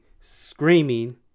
screaming